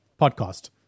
podcast